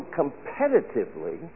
competitively